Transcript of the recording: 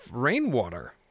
rainwater